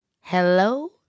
Hello